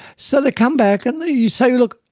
so they come back and you say, look,